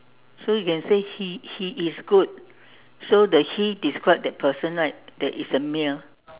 so you can say he he is good so the he describe the person right that is a male